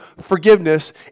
forgiveness